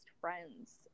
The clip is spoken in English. friends